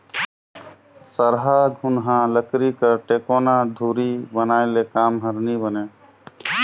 सरहा घुनहा लकरी कर टेकोना धूरी बनाए ले काम हर नी बने